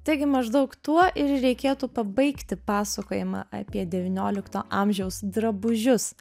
taigi maždaug tuo ir reikėtų pabaigti pasakojimą apie devyniolikto amžiaus drabužius